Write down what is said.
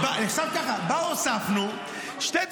הוספנו שני דברים: